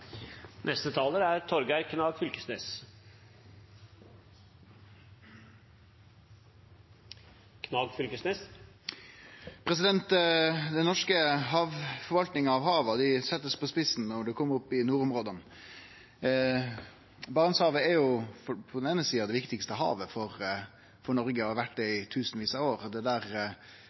Den norske forvaltninga av hava blir sett på spissen når ein kjem opp i nordområda. Barentshavet er på den eine sida det viktigaste havet for Noreg og har vore det i tusenvis av år. Det